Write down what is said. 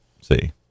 See